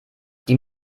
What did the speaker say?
die